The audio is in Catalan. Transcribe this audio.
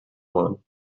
món